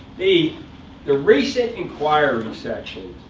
the the recent inquiry section,